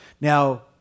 Now